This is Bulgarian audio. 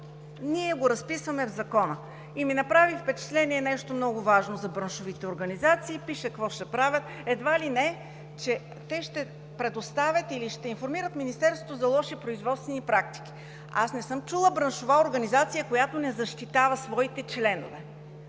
Прави ми впечатление нещо много важно за браншовите организации – пише какво ще правят и едва ли не, че те ще предоставят или ще информират Министерството за лоши производствени практики. Аз не съм чула за браншова организация, която не защитава своите членове,